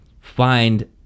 find